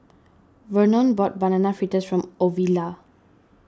Vernon bought Banana Fritters for Ovila